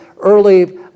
early